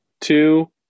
two